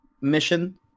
mission